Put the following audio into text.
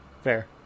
Fair